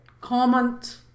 Comment